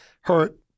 hurt